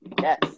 yes